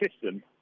system